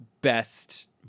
best